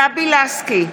גבי לסקי,